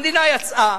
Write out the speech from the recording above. המדינה יצאה,